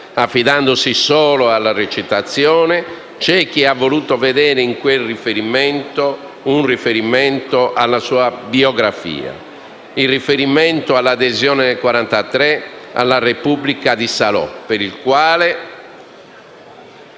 affidandosi solo alla recitazione, c'è chi ha voluto vedere un riferimento alla sua biografia, il riferimento alla adesione nel 1943 alla Repubblica di Salò, per la quale